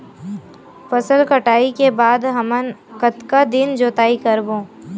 फसल कटाई के बाद हमन कतका दिन जोताई करबो?